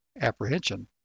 apprehension